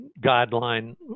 guideline